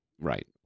Right